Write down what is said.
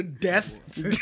Death